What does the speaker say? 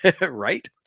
Right